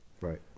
Right